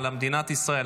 על מדינת ישראל,